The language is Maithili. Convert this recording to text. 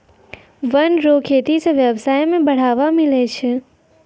वन रो खेती से व्यबसाय में बढ़ावा मिलै छै